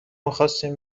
میخواستیم